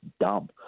dumb